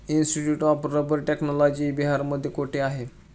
Institute of rubber technology बिहारमध्ये कोठे आहे?